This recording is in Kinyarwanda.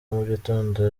mugitondo